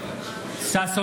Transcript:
מהצד.